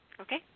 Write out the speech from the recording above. okay